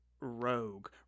rogue